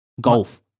Golf